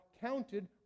counted